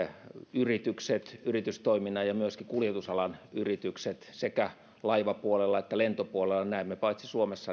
yritykset yritystoiminnan ja myöskin kuljetusalan yritykset sekä laivapuolella että lentopuolella näemme paitsi suomessa